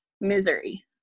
misery